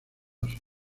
unidos